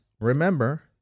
remember